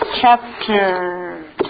chapter